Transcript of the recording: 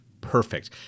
perfect